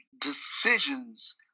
decisions